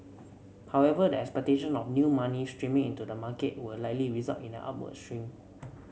however the expectation of new money streaming into the market will likely result in an upward swing